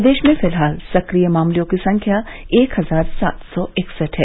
प्रदेश में फिलहाल सक्रिय मामलों की संख्या एक हजार सात सौ इकसठ है